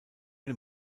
den